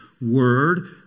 word